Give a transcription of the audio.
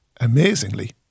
amazingly